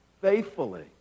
faithfully